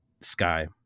Sky